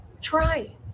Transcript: Try